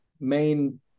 main